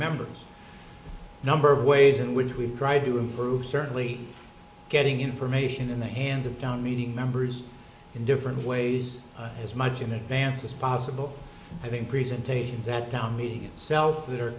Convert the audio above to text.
members a number of ways in which we've tried to improve certainly getting information in the hands of down meeting members in different ways as much in advance as possible i think presentations that town meeting itself that are